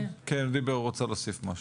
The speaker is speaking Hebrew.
אבל הוא רצה להוסיף משהו,